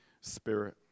Spirit